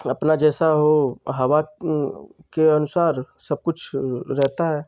अपना जैसा हो हवा के अनुसार सब कुछ रहता है